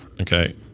Okay